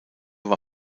war